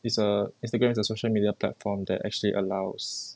is uh instagram is a social media platform that actually allows